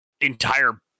Entire